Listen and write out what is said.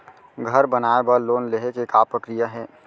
घर बनाये बर लोन लेहे के का प्रक्रिया हे?